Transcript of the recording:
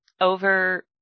over